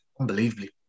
unbelievably